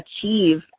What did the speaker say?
achieve